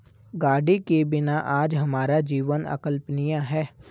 गाड़ी के बिना आज हमारा जीवन अकल्पनीय है